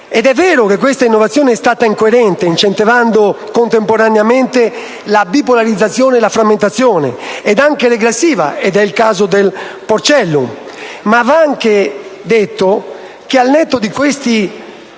È vero che questa innovazione è stata incoerente, incentivando contemporaneamente la bipolarizzazione e la frammentazione, e anche regressiva - questo è il caso del porcellum - ma va anche detto che, al netto di questi interventi